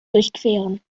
durchqueren